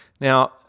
Now